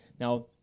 now